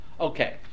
Okay